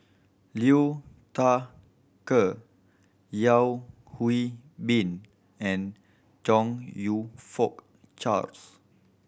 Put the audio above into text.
Liu Thai Ker Yeo Hwee Bin and Chong You Fook Charles